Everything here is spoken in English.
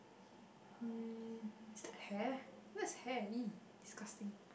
um is that hair whose hair !ee! disgusting